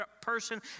person